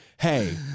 hey